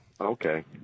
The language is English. Okay